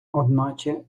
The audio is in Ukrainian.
одначе